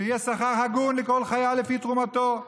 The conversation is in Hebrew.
שיהיה שכר הגון לכל חייל לפי תרומתו,